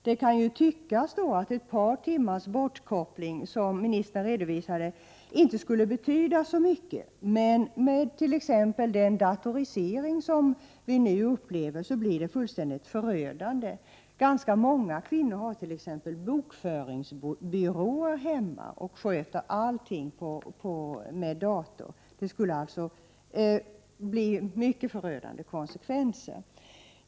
Det kan tyckas att ett par timmars bortkoppling, som ministern redovisade, inte skulle betyda så mycket. Men med t.ex. den datorisering vi nu upplever blir det fullständigt förödande. Ganska många kvinnor har t.ex. bokföringsbyråer hemma och sköter allting med dator. Det skulle alltså få mycket förödande konsekvenser.